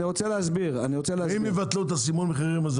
אם יבטלו את סימון המחירים הזה,